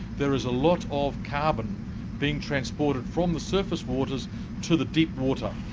there is a lot of carbon being transported from the surface waters to the deep water.